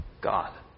God